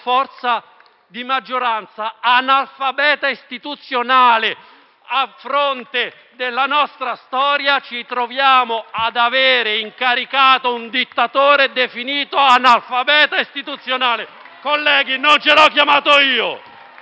definito analfabeta istituzionale. A fronte della nostra storia, ci troviamo ad aver incaricato un dittatore definito analfabeta istituzionale. *(Proteste).* Colleghi, non ce l'ho chiamato io.